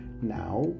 now